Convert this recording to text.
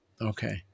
Okay